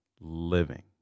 living